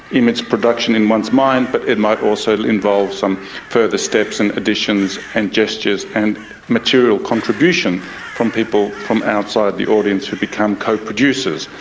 in its production in one's mind, but it might also involve some further steps and additions and gestures and material contribution from people from outside the audience who become co-producers.